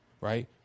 right